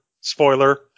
Spoiler